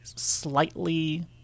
slightly